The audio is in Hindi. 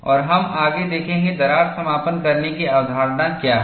और हम आगे देखेंगे दरार समापन करने की अवधारणा क्या है